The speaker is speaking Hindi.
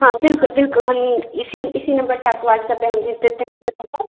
हाँ बिल्कुल बिल्कुल हम इसी इसी नंबर से आपको व्हाट्सएप पर हम भेज देते हैं इस नंबर पर